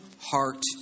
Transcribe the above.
heart